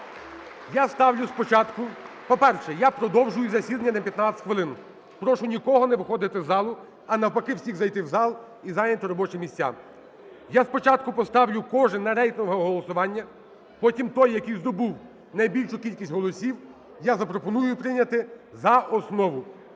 я ставлю спочатку… По-перше, я продовжую засідання на 15 хвилин. Прошу нікого не виходили з залу, а, навпаки, всіх зайти в зал і зайняти робочі місця. Я спочатку поставлю кожен на рейтингове голосування. Потім той, який здобув найбільшу кількість голосів, я запропоную прийняти за основу.